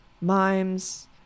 mimes